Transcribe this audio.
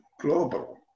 global